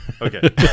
Okay